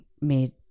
made